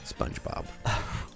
spongebob